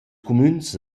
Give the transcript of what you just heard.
cumüns